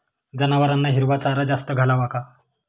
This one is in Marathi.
जनावरांना हिरवा चारा जास्त घालावा का?